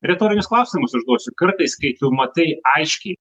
retorinius klausimus užduosiu kartais kai matai aiškiai